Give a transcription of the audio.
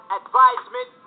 advisement